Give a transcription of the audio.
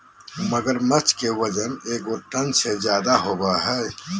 मगरमच्छ के वजन एगो टन से ज्यादा होबो हइ